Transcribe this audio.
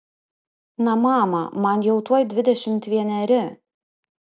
na mama man jau tuoj dvidešimt vieneri